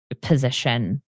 position